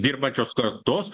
dirbančios kartos